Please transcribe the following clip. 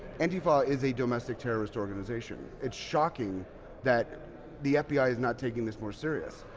antifa is a domestic terrorist organization. it's shocking that the fbi is not taking this more serious.